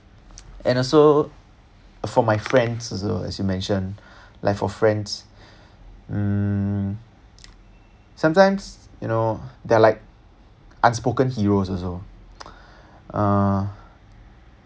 and also for my friends also as you mentioned like for friends mm sometimes you know they like unspoken heroes also uh